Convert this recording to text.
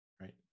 Right